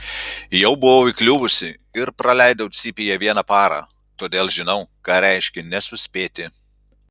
jau buvau įkliuvusi ir praleidau cypėje vieną parą todėl žinau ką reiškia nesuspėti